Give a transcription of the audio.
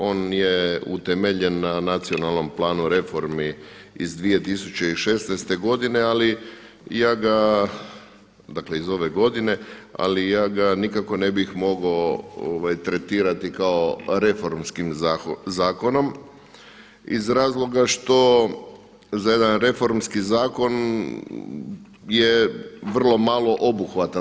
On je utemeljen na Nacionalnom planu reformi iz 2016. godine ali ja ga, dakle iz ove godine, ali ja ga nikako ne bih mogao tretirati kao reformskim zakonom iz razloga što za jedan reformski zakon je vrlo malo obuhvatan.